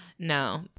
No